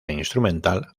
instrumental